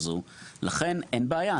לכן אין בעיה,